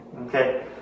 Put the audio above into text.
okay